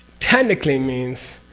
technically means,